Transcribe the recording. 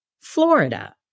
Florida